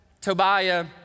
Tobiah